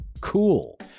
Cool